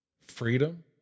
Freedom